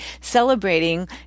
celebrating